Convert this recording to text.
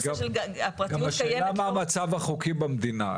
גם השאלה מה המצב החוקי במדינה.